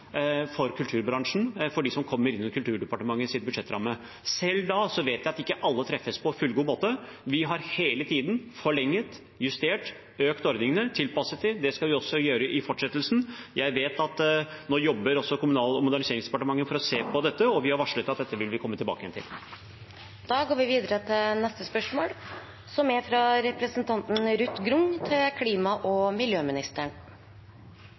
for kulturbransjen, for dem som kommer inn under Kulturdepartementets budsjettramme. Selv da vet jeg at ikke alle treffes på fullgod måte. Vi har hele tiden forlenget, justert og økt ordningene, tilpasset dem, og det skal vi også gjøre i fortsettelsen. Jeg vet at også Kommunal- og moderniseringsdepartementet nå jobber for å se på dette, og vi har varslet at dette vil vi komme tilbake til.